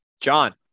John